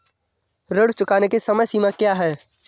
ऋण चुकाने की समय सीमा क्या है?